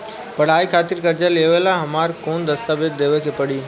पढ़ाई खातिर कर्जा लेवेला हमरा कौन दस्तावेज़ देवे के पड़ी?